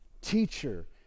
Teacher